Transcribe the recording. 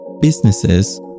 Businesses